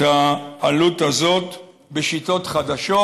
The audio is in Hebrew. את העלות הזאת בשיטות חדשות,